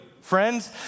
friends